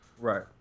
Right